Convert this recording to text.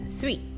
three